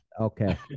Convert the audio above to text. Okay